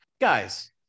Guys